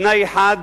בתנאי אחד